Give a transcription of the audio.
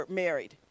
married